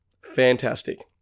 fantastic